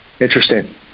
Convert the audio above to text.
Interesting